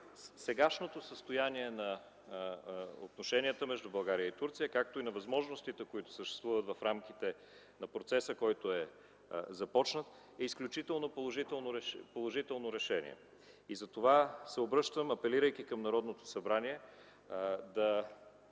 сегашното състояние на отношенията между България и Турция, както и възможностите, които съществуват в рамките на процеса, който е започнат, е изключително положително решение. Обръщам се, апелирайки към Народното събрание: да